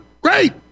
Great